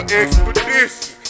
expedition